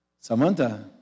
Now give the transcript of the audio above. Samantha